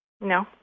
No